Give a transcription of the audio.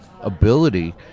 ability